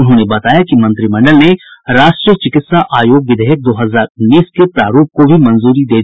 उन्होंने बतायाकि मंत्रिमंडल ने राष्ट्रीय चिकित्सा आयोग विधेयक दो हजार उन्नीस के प्रारूप को भी मंजूरी दे दी है